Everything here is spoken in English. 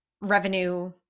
revenue